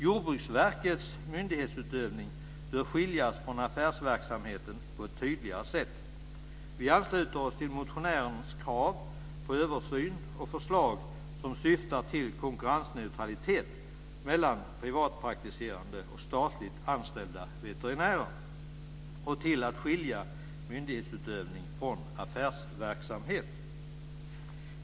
Jordbruksverkets myndighetsutövning bör skiljas från affärsverksamheten på ett tydligare sätt. Vi ansluter oss till motionärens krav på översyn och förslag som syftar till konkurrensneutralitet mellan privatpraktiserande och statligt anställda veterinärer och till att skilja myndighetsutövning från affärsverksamhet.